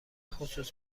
خصوص